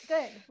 Good